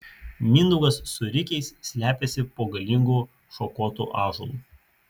mindaugas su rikiais slepiasi po galingu šakotu ąžuolu